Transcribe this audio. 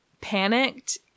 panicked